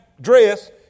dress